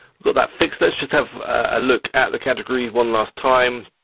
we've got that fixed, let's just have a look at the category one last time